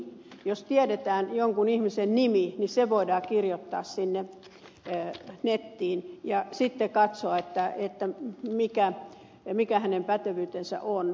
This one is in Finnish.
jos tiedetään jonkun ihmisen nimi niin se voidaan kirjoittaa nettiin ja sitten voidaan katsoa mikä hänen pätevyytensä on